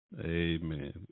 Amen